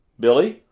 billy,